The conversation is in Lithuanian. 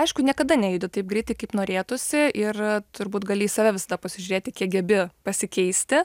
aišku niekada nejudi taip greitai kaip norėtųsi ir turbūt gali į save visada pasižiūrėti kiek gebi pasikeisti